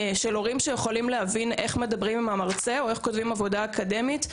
של הורים שיכולים להבין איך מדברים עם המרצה ואיך כותבים עבודה אקדמית,